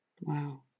Wow